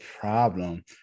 problem